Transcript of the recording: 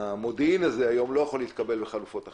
המודיעין הזה לא יכול להתקבל בחלופות אחרות.